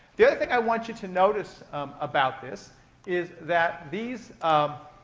the other thing i want you to notice about this is that these, um